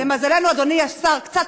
למזלנו, אדוני השר קצת